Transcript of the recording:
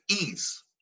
ease